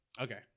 Okay